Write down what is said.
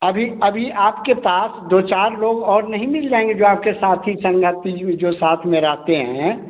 अभी अभी आपके पास दो चार लोग और नहीं मिल जाएँगे जो आपके साथी संगती जो साथ में रहते हैं